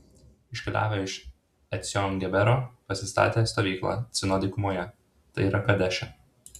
iškeliavę iš ecjon gebero pasistatė stovyklą cino dykumoje tai yra kadeše